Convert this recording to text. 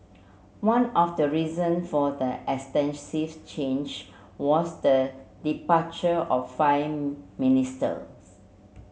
one of the reason for the extensive change was the departure of five ministers